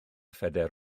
phedair